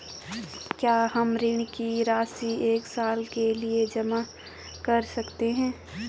क्या हम ऋण की राशि एक साल के लिए एक साथ जमा कर सकते हैं?